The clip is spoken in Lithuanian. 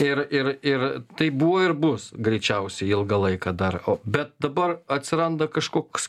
ir ir ir taip buvo ir bus greičiausiai ilgą laiką dar bet dabar atsiranda kažkoks